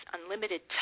Unlimited